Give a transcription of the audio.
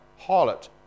harlot